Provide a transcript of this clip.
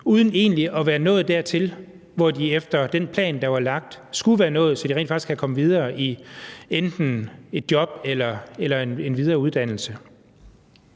at være nået dertil, hvor de efter den plan, der var lagt, skulle være nået, så de rent faktisk kan komme videre i enten et job eller en videre uddannelse.